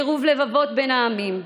בקירוב לבבות בין העמים,